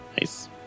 Nice